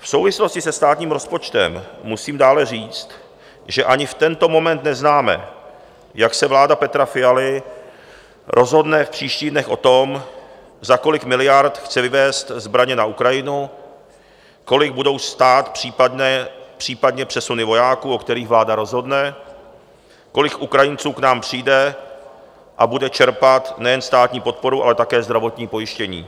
V souvislosti se státním rozpočtem musím dále říct, že ani v tento moment neznáme, jak se vláda Petra Fialy rozhodne v příštích dnech o tom, za kolik miliard chce vyvézt zbraně na Ukrajinu, kolik budou stát případně přesuny vojáků, o kterých vláda rozhodne, kolik Ukrajinců k nám přijde a bude čerpat nejen státní podporu, ale také zdravotní pojištění.